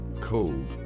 cold